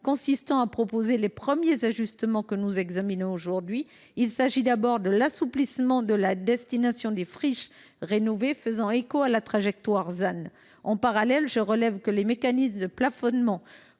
consistant à proposer les premiers ajustements que nous examinons aujourd’hui. Il s’agit d’abord de l’assouplissement de la destination des friches rénovées faisant écho à la trajectoire ZAN. En parallèle, je relève que les mécanismes de plafonnement